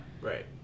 right